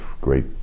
great